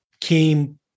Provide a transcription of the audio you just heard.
came